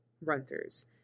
run-throughs